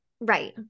right